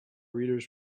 readers